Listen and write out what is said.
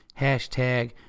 Hashtag